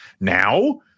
Now